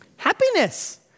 happiness